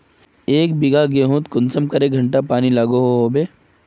एक बिगहा गेँहूत कुंसम करे घंटा पानी लागोहो होबे?